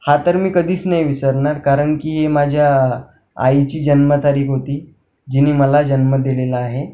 हा तर मी कधीच नाही विसरणार कारण की हे माझ्या आईची जन्मतारीख होती जिने मला जन्म दिलेला आहे